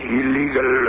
illegal